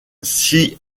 six